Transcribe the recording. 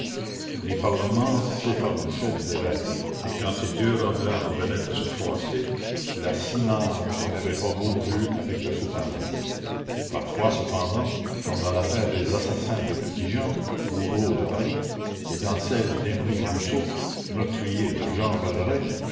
les parlements s'effarouchaient des évêques et quand ces deux robes là en venaient à se froisser la simarre n'avait pas beau jeu avec la soutane parfois cependant comme dans l'affaire des assassins de petit-jean bourreau de paris et dans celle d'emery rousseau meurtrier de